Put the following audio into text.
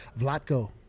Vlatko